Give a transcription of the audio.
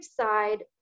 side